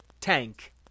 tank